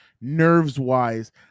nerves-wise